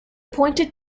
pointed